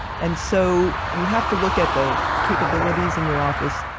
and so, you have to look at the capabilities in your office.